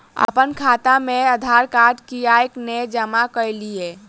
अप्पन खाता मे आधारकार्ड कियाक नै जमा केलियै?